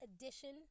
edition